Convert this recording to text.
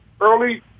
early